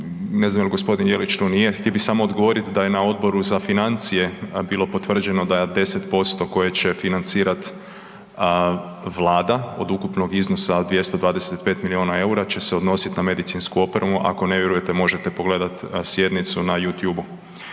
ne znam je li g. Jelić tu? Nije. Htio bih samo odgovoriti da je na Odboru za financije bilo potvrđeno da 10% koje će financirati Vlada, od ukupnog iznosa od 225 milijuna eura će se odnositi na medicinsku opremu, ako ne vjerujete, možete pogledati sjednicu na Youtubeu.